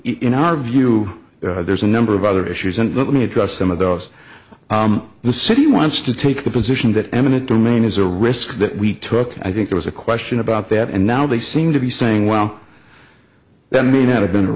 in our view there's a number of other issues and let me address some of those the city wants to take the position that eminent domain is a risk that we took i think there was a question about that and now they seem to be saying well that may have been a